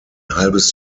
halbes